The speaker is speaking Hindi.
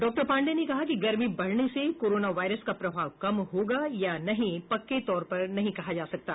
डाक्टर पांडेय ने कहा कि गर्मी बढने से कोरोना वायरस का प्रभाव कम होगा या नहीं पक्के तौर नहीं कहा जा सकता है